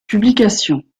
publications